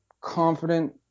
confident